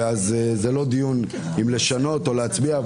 לכן זה לא דיון אם לשנות או להצביע,